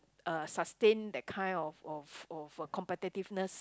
uh sustain that kind of of of competitiveness